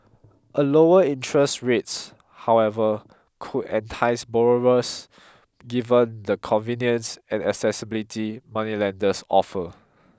the lower interest rates however could entice borrowers given the convenience and accessibility moneylenders offer